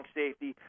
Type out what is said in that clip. safety